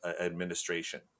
administration